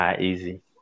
Easy